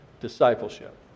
discipleship